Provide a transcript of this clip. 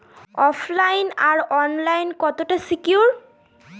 ওফ line আর online কতটা secure?